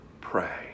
pray